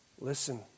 Listen